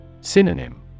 Synonym